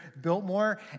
Biltmore